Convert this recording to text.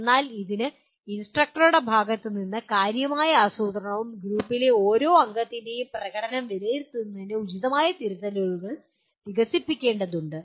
എന്നാൽ ഇതിന് ഇൻസ്ട്രക്ടറുടെ ഭാഗത്തുനിന്ന് കാര്യമായ ആസൂത്രണവും ഗ്രൂപ്പിലെ ഓരോ അംഗത്തിന്റെയും പ്രകടനം വിലയിരുത്തുന്നതിന് ഉചിതമായ തിരുത്തലുകൾ വികസിപ്പിക്കേണ്ടതുണ്ട്